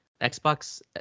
Xbox